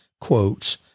quotes